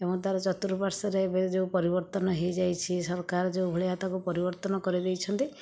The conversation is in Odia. ଏବଂ ତା'ର ଚତୁର୍ପାଶ୍ୱରେ ଏବେ ଯେଉଁ ପରିବର୍ତ୍ତନ ହୋଇଯାଇଛି ସରକାର ଯେଉଁ ଭଳିଆ ତାକୁ ପରିବର୍ତ୍ତନ କରିଦେଇଛନ୍ତି